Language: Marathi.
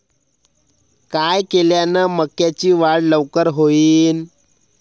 काय केल्यान मक्याची वाढ लवकर होईन?